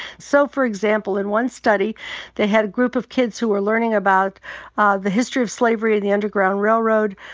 so for example in one study they had a group of kids who were learning about ah the history of slavery and the underground railroad,